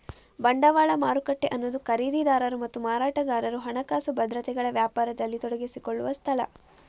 ಬಂಡವಾಳ ಮಾರುಕಟ್ಟೆ ಅನ್ನುದು ಖರೀದಿದಾರರು ಮತ್ತು ಮಾರಾಟಗಾರರು ಹಣಕಾಸು ಭದ್ರತೆಗಳ ವ್ಯಾಪಾರದಲ್ಲಿ ತೊಡಗಿಸಿಕೊಳ್ಳುವ ಸ್ಥಳ